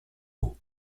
haut